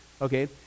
Okay